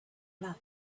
black